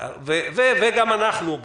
וגם אנחנו,